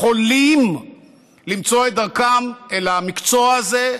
יכולים למצוא את דרכם אל המקצוע הזה,